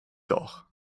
doch